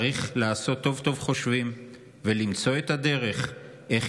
צריך לעשות טוב-טוב חושבים ולמצוא את הדרך איך